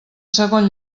segon